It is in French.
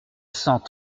cent